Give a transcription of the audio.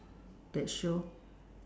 that show